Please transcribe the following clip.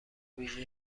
ویژه